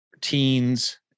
teens